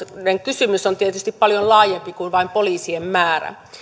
kysymys on tietysti paljon laajempi kuin vain poliisien määrä